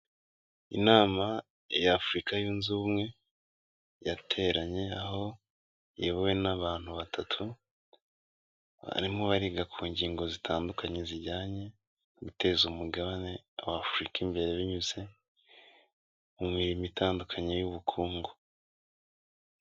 Inama ya Afurika yunze ubumwe yateranye aho iyobowe n'abantu batatu, barimo bariga ku ngingo zitandukanye zijyanye no guteza Umugabane w'Afurika imbere binyuze mu mirimo itandukanye y'ubukungu.